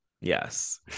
yes